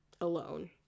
alone